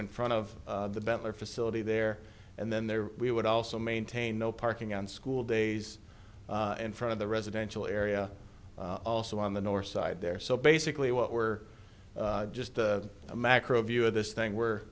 in front of the better facility there and then there we would also maintain no parking on school days and front of the residential area also on the north side there so basically what we're just a macro view of this thing we're